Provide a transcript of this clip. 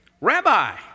Rabbi